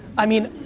i mean,